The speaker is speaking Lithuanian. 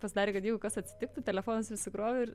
pasidarė kad jeigu kas atsitiktų telefonas išsikrovė ir